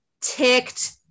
ticked